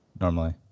normally